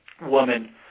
woman